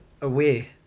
away